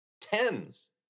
tens